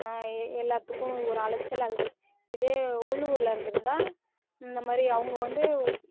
எல்லாத்துக்கும் ஒரு அலைச்சலா இருக்குது இதே உள்ளூரில் இருந்துருந்தால் இந்தமாதிரி அவங்க வந்து